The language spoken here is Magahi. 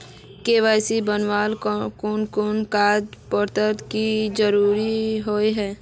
के.वाई.सी बनावेल कोन कोन कागज पत्र की जरूरत होय है?